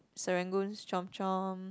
Serangoon's chomp-chomp